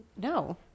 No